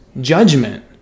judgment